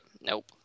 Nope